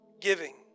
giving